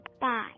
Bye